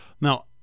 Now